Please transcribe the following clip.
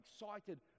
excited